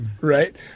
Right